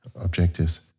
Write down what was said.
objectives